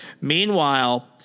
meanwhile